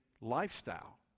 lifestyle